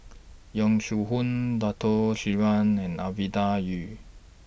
Yong Shu Hoong Dato Sri and Ovidia Yu